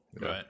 Right